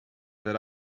that